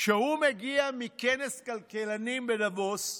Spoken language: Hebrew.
כשהוא מגיע מכנס כלכלנים בדבוס,